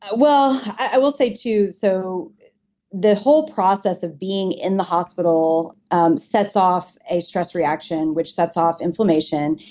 ah well, i will say too so the whole process of being in the hospital um sets off a stress reaction, which sets off inflammation,